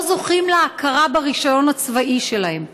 לא זוכים להכרה ברישיון הצבאי שלהם.